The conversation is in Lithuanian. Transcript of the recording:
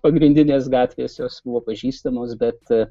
pagrindinės gatvės jos buvo pažįstamos bet